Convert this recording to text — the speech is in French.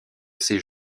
ces